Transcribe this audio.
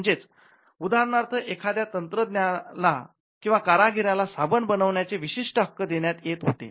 म्हणजेच उदाहरणार्थ एखाद्या तंत्रज्ञाला किंवा कारागिराला साबण बनवण्याचे विशिष्ट हक्क देण्यात येत होते